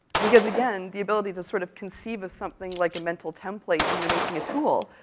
because again the ability to sort of conceive of something, like a mental template when you're making a tool,